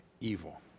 evil